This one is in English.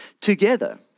together